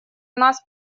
нас